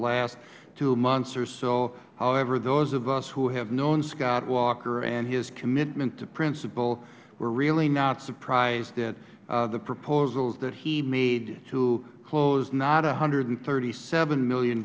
last two months or so however those of us who have known scott walker and his commitment to principle were really not surprised that the proposals that he made to close not one hundred and thirty seven